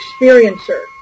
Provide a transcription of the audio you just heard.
experiencer